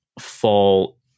fall